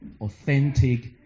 authentic